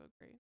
great